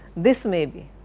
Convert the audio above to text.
this may be,